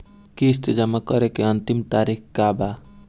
किस्त जमा करे के अंतिम तारीख का रही?